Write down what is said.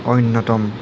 অন্যতম